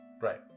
Right